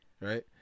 right